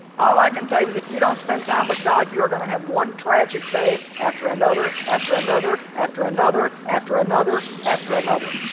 all i can tell you if you don't spend time with god you are gonna have one tragic day after another after another after another after another after another